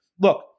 look